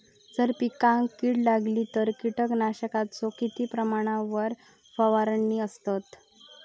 जर पिकांका कीड लागली तर कीटकनाशकाचो किती प्रमाणावर फवारणी करतत?